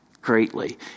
greatly